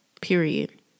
period